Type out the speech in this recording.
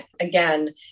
Again